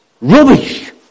rubbish